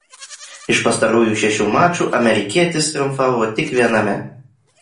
iš pastarųjų šešių mačų amerikietis triumfavo tik viename